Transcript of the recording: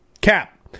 Cap